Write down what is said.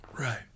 Right